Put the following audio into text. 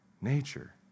nature